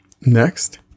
Next